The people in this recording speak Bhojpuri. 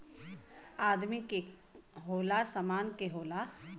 आदमी के होला, सामान के होला